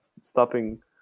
stopping